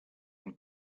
and